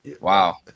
wow